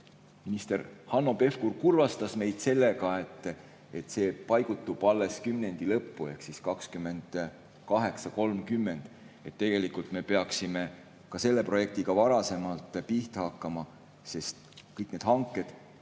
minister Hanno Pevkur kurvastas meid sellega, et see paigutub alles kümnendi lõppu ehk 2028.–2030. aastasse. Tegelikult me peaksime ka selle projektiga varasemalt pihta hakkama, sest kõik need hanked